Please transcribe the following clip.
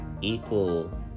equal